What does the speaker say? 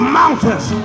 mountains